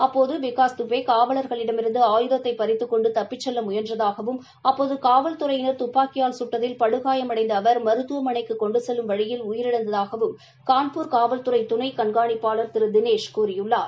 அப்போது விகாஸ் துபே காவல்களிடமிருந்து ஆயுதத்தை பறித்துக் கொண்டு தப்பிச் செல்ல முயன்றதாகவும் அப்போது காவல்துறையினா் துப்பாக்கியால் குட்டதில் படுகாயமடைந்த அவா் மருத்துவமனைக்கு கொண்டு செல்லும் வழியில் உயிரிழந்ததாக கான்பூர் காவல்துறை துணை கண்காணிப்பாளர் திரு தினேஷ் கூறியுள்ளார்